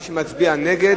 מי שמצביע נגד,